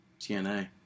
TNA